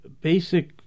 basic